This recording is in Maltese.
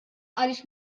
għaliex